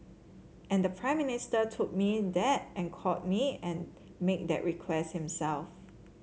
and the Prime Minister told me that and called me and made that request himself